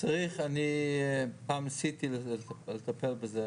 אני פעם ניסיתי לטפל בזה.